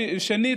שנית,